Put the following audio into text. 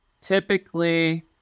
typically